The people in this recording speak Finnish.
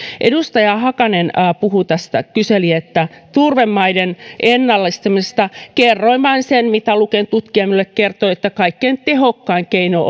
edustaja hakanen kyseli tästä turvemaiden ennallistamisesta kerroin vain sen mitä luken tutkija minulle kertoi että kaikkein tehokkain keino